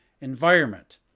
environment